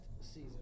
season